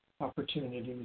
opportunities